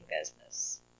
business